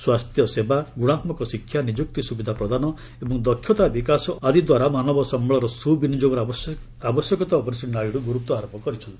ସ୍ୱାସ୍ଥ୍ୟସେବା ଗୁଣାତ୍ମକ ଶିକ୍ଷା ନିଯୁକ୍ତି ସୁବିଧା ପ୍ରଦାନ ଏବଂ ଦକ୍ଷତା ବିକାଶ ଆଦିଦ୍ୱାରା ମାନବ ସମ୍ଭଳର ସୁବିନିଯୋଗର ଆବଶ୍ୟକତା ଉପରେ ଶ୍ରୀ ନାଇଡୁ ଗୁରୁତ୍ୱ ଆରୋପ କରିଚ୍ଛନ୍ତି